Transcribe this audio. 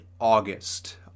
August